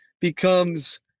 becomes